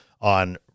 on